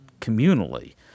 communally